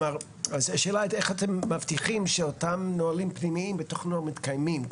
אז השאלה היא איך אתם מבטיחים שאותם נהלים פנימיים מתקיימים?